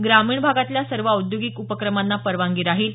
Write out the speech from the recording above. ग्रामीण भागातल्या सर्व औद्योगिक उपक्रमांना परवानगी राहील